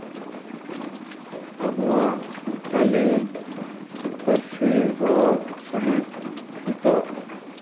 ᱟᱵᱚᱣᱟᱜ ᱥᱟᱱᱛᱟᱞᱤ ᱯᱟᱹᱨᱥᱤ ᱨᱚᱲ ᱥᱟᱶᱦᱮᱫ ᱱᱤᱛᱳᱜ